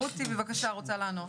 רותי, בבקשה, רוצה לענות.